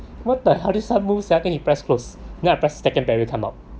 what the hell this one move sia then he press close then I press second barrier come out